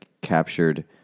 captured